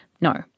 No